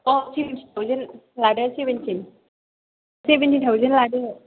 अ seventeen thousand लादो seventeen seventeen thousand लादो